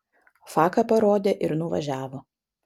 faką parodė ir nuvažiavo